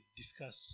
discuss